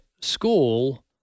school